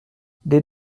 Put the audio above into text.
des